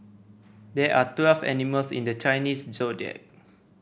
there are twelve animals in the Chinese Zodiac